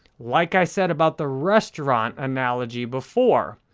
like i said about the restaurant analogy before,